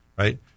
Right